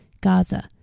Gaza